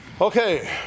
Okay